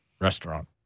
restaurant